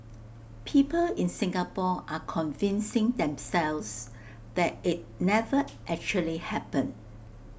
people in Singapore are convincing themselves that IT never actually happened